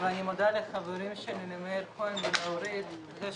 אני מודה למאיר כהן ולאורלי על זה